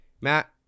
Matt